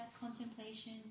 contemplation